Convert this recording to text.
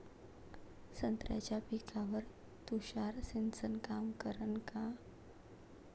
संत्र्याच्या पिकावर तुषार सिंचन काम करन का?